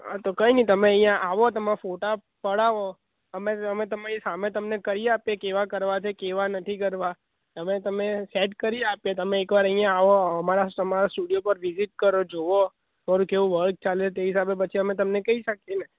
હા તો કંઈ નહિ તમે અહીંયાં આવો તમારા ફોટા પડાવો અમે અમે તમારી સામે તમને કરી આપીએ કેવા કરવા છે કેવા નથી કરવા તમે તમે સેટ કરી આપીએ તમે એક વાર અહીંયાં આવો અમારા સ્ટુડિયો પર વિઝિટ કરો જોવો તમારું કેવું વર્ક ચાલે એ હિસાબે અમે તમને પછી કહી શકીએ ને